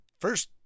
first